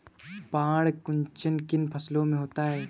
पर्ण कुंचन किन फसलों में होता है?